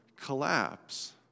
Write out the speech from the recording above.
collapse